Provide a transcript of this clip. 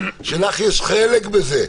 שלך יש חלק בזה,